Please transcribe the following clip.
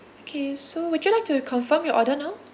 okay so would you like to confirm your order now